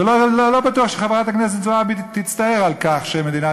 לא בטוח שחברת הכנסת זועבי תצטער על כך שמדינת